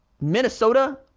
Minnesota